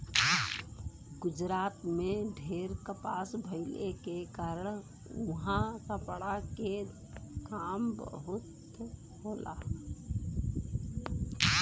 गुजरात में ढेर कपास भइले के कारण उहाँ कपड़ा के काम खूब होला